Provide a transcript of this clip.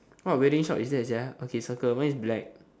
what wedding shop is that sia okay circle mine is black